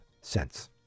cents